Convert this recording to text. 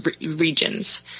regions